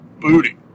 Booty